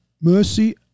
mercy